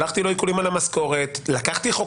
שלחתי לו עיקולים על המשכורת,